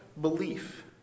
belief